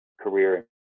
career